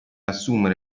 assumere